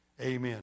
Amen